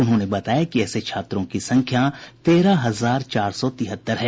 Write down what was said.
उन्होंने बताया कि ऐसे छात्रों की संख्या तेरह हजार चार सौ तिहत्तर है